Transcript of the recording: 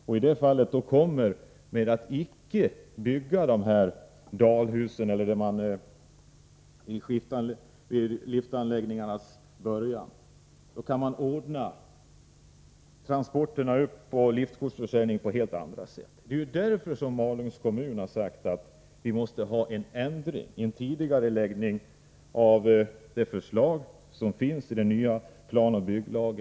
Om man inte bygger dessa dalhus vid liftarnas början kan man ordna transporterna upp och liftkortsförsäljningen på helt andra sätt. Det är därför som Malungs kommun har sagt att det måste bli en ändring — en tidigareläggning av genomförandet av denna del i förslaget till ny planoch bygglag.